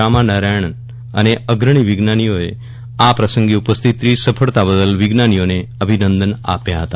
રામનારાયણન અને અગ્રણી વિજ્ઞાનીઓએ આ પ્રસંગે ઉપસ્થિત રહી સફળતા બદલ વિજ્ઞાનીઓને અભિનંદન આપ્યા હતા